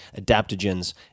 adaptogens